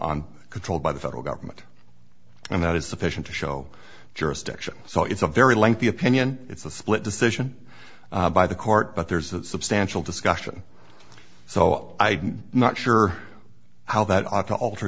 is controlled by the federal government and that is sufficient to show jurisdiction so it's a very lengthy opinion it's a split decision by the court but there's a substantial discussion so i not sure how that ought to alter